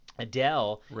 Adele